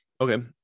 okay